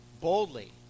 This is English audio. boldly